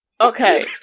Okay